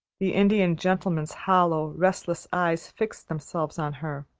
the indian gentleman's hollow, restless eyes fixed themselves on her.